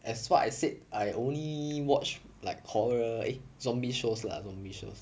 as what I said I only watch like horror eh zombie shows lah zombie shows